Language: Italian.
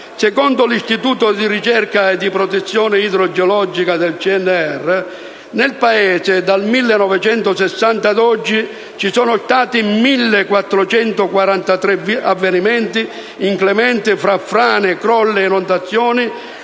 Secondo l'Istituto di ricerca e protezione idrogeologica del CNR, nel Paese dal 1960 ad oggi ci sono stati 1.443 avvenimenti inclementi tra frane, crolli e inondazioni,